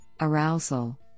arousal